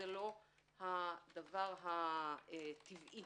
זה לא הדבר הטבעי